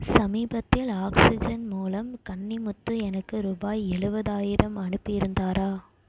சமீபத்தில் ஆக்ஸிஜன் மூலம் கன்னிமுத்து எனக்கு ரூபாய் எழுவதாயிரம் அனுப்பியிருந்தாரா